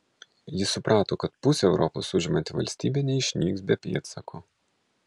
jis suprato kad pusę europos užimanti valstybė neišnyks be pėdsako